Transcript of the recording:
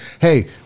hey